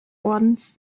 ordens